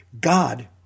God